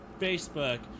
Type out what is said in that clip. Facebook